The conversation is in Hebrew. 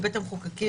בבית המחוקקים,